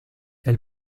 elle